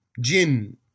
jinn